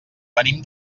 venim